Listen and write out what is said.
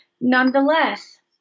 Nonetheless